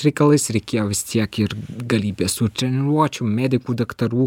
reikalais reikėjo vis tiek ir galybės tų treniruočių medikų daktarų